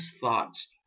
thoughts